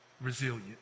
resilient